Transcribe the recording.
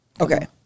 Okay